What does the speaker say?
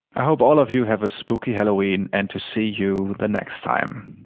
i hope all of you have a spooky halloween and to see you the next time.